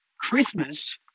Christmas